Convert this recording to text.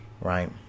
Right